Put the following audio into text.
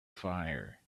fire